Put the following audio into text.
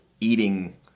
eating